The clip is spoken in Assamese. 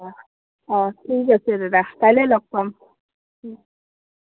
অঁ অঁ ঠিক আছে দাদা কাইলৈ লগ পাম